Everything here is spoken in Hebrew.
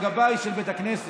הגבאי של בית הכנסת.